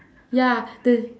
ya the